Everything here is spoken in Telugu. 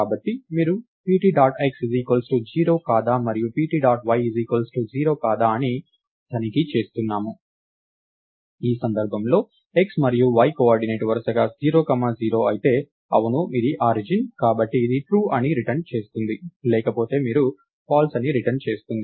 కాబట్టి మీరు pt డాట్ x 0 కాదా మరియు pt డాట్ y 0 కాదా అని తనిఖీ చేస్తున్నాము ఈ సందర్భంలో x మరియు y కోఆర్డినేట్ వరుసగా 0 కామా 0 అయితే అవును ఇది ఆరిజిన్ కాబట్టి ఇది ట్రూ అని రిటర్న్ చేస్తుంది లేకపోతే మీరు ఫాల్స్ అని రిటర్న్ చేస్తుంది